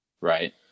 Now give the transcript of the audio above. Right